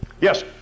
Yes